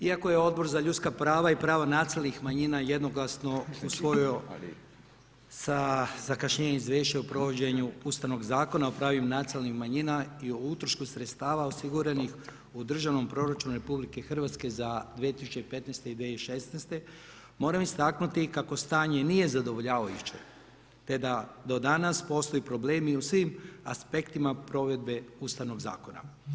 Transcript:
Iako je Odbor za ljudska prava i prava nacionalnih manjina jednoglasno usvojio sa zakašnjenjem Izvješća o provođenju Ustavnog zakona o pravima nacionalnih manjina i o utrošku sredstava osiguranih u Državnom proračunu RH za 2015. i 2016. moram istaknuti kako stanje nije zadovoljavajuće te da do danas postoje problemi u svim aspektima provedbe Ustavnog zakona.